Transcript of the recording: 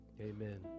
amen